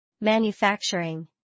Manufacturing